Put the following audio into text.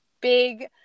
big